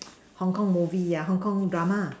Hong-Kong movie Hong-Kong drama